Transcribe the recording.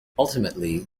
ultimately